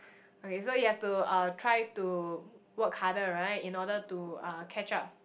okay so you have to uh try to work harder right in order to uh catch up